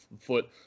foot